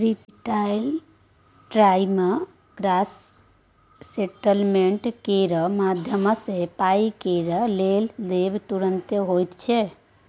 real time gross settlement केर माध्यमसँ पाइ केर लेब देब तुरते होइ छै